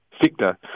sector